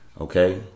Okay